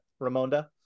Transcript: Ramonda